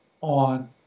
on